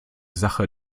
sache